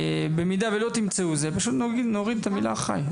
במידה ולא תמצאו, פשוט נוריד את המילה אחראי.